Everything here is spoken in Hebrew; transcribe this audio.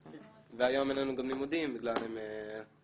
והיום אין לנו גם לימודים בגלל המצב.